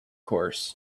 course